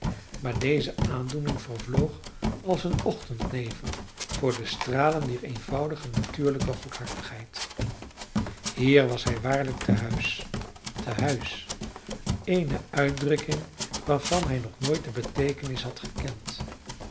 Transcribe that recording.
maar deze aandoening vervloog als een ochtendnevel voor de stralen dier eenvoudige natuurlijke goedhartigheid hier was hij waarlijk tehuis tehuis eene uitdrukking waarvan hij nog nooit de beteekenis had gekend